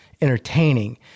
entertaining